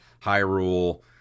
Hyrule